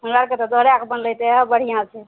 हमरा आरके दोहराएके बनलै सएह बढ़िआँ छै